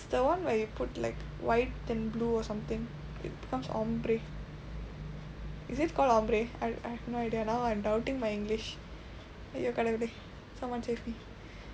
it's the [one] where you put like white and blue or something it becomes ombre is it called ombre I I have no idea now I'm doubting my english !aiyo! கடவுளே:kadavule someone save me